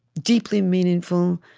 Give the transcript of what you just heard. deeply meaningful,